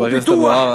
חבר הכנסת אבו עראר,